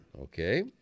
Okay